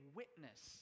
witness